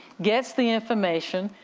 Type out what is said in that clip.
gets the information.